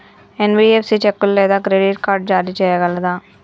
NBFC చెక్కులు లేదా credit card జారీ చేయగలదా?